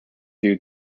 due